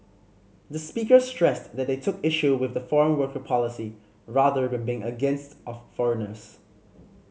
the speakers stressed that they took issue with the foreign worker policy rather than being against of foreigners